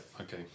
okay